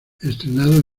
estrenado